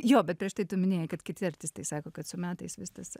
jo bet prieš tai tu minėjai kad kiti artistai sako kad su metais vis tas